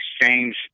exchange